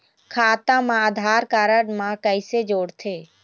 खाता मा आधार कारड मा कैसे जोड़थे?